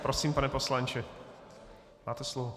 Prosím, pane poslanče, máte slovo.